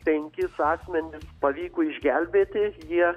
penkis asmenis pavyko išgelbėti jie